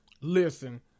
Listen